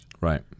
Right